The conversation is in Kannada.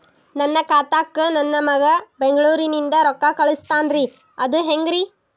ನನ್ನ ಖಾತಾಕ್ಕ ನನ್ನ ಮಗಾ ಬೆಂಗಳೂರನಿಂದ ರೊಕ್ಕ ಕಳಸ್ತಾನ್ರಿ ಅದ ಹೆಂಗ್ರಿ?